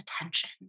attention